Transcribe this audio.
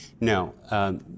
No